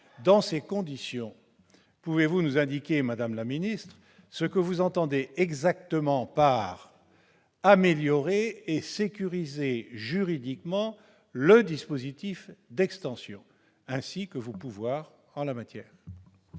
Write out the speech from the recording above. madame la ministre, pouvez-vous nous indiquer ce que vous entendez exactement par « améliorer et sécuriser juridiquement le dispositif d'extension », ainsi que vos pouvoirs en la matière ?